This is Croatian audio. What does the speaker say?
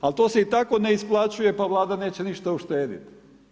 Ali to se i tako ne isplaćuje, pa Vlada neće ništa uštediti.